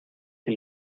que